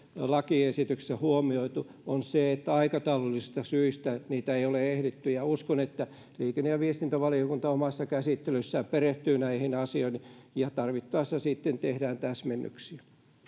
lakiesityksessä huomioitu eli aikataulullisista syistä että niitä ei ole ehditty uskon että liikenne ja viestintävaliokunta omassa käsittelyssään perehtyy näihin asioihin ja tarvittaessa sitten tehdään täsmennyksiä